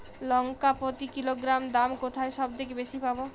লঙ্কা প্রতি কিলোগ্রামে দাম কোথায় সব থেকে বেশি পাব?